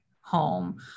home